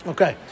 Okay